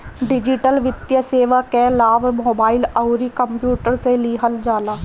digital वित्तीय सेवा कअ लाभ मोबाइल अउरी कंप्यूटर से लिहल जाला